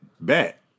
Bet